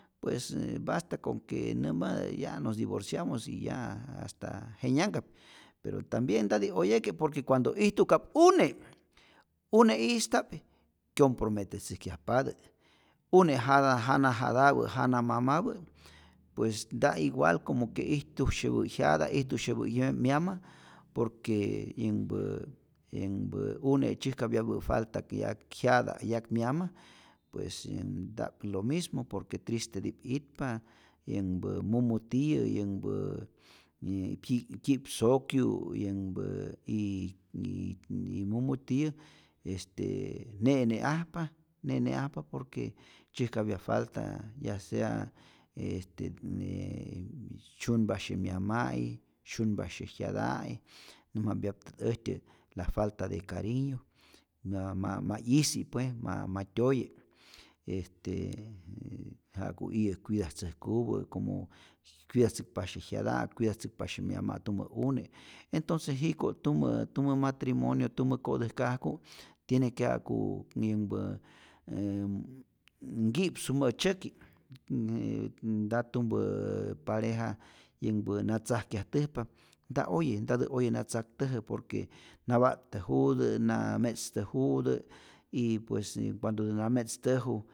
Pues basta con que näma pues ya nos divorciamos y ya hasta jenyankap, pero tambien ntati oyeke' por que cuando ijtu'kap une', une'ista'p kyomprometetzäjkyajpatä, une jata jana jatapä jana mamapä pues nta igual como que ijtusyepä' jyata' ijtusyepä' yä myama, por que yänhpä yänhpä une' tzyäjkapyapä' falta yak jyata yak myama, pues yanhä nta'p lo mismo por que tristeti'p itpa, yänhpä mumu tiyä yänhpä yä kyi' kyi'psokyu' yänhpä y y y y mumu tiyä este ne'ne'ajpa, ne'ne'ajpa por que tzyäjkapya falta, ya sea este yä syunpasye myama', syunpasye jyata'i, näjmapyaptät äjtyät la falta de cariño, ma ma 'yijsi, pues ma tyoye' este ja'ku iyä' cuidatzäjkupä como cuidatzäkpasye jyata'i, cuidatzäkpasye myama' tumä une', entonce jiko' tumä tumä matrimonio tumä ko'täjkajku' tiene que ja'ku yänhpä äm nki'psu mä'tzyäki' y je nta tumpä pareja yänhpä na tzäjkyajtäjpa, nta oye, nta oye na tzaktäjä por que na pa't'täjutä, na me'tztäjutä, y pues cuandotä na me'tztäju